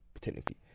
technically